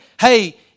hey